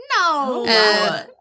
No